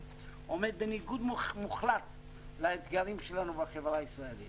עומד בניגוד מוחלט לאתגרים שלנו בחברה הישראלית.